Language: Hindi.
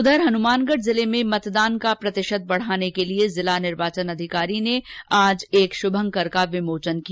उधर हनुमानगढ जिले में मतदान प्रतिशत बढाने के लिए जिला निर्वाचन अधिकारी ने शुभंकर का विमोचन किया